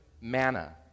manna